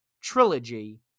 trilogy